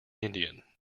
indian